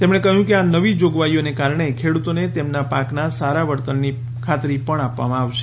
તેમણે કહ્યું કે આ નવી જોગવાઈઓને કારણે ખેડૂતોને તેમના પાકના સારા વળતરની ખાતરી પણ આપવામાં આવશે